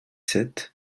sept